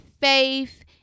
faith